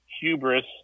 Hubris